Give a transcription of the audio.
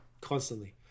constantly